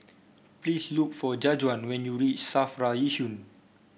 please look for Jajuan when you reach Safra Yishun